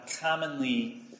commonly